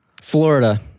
Florida